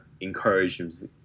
encourages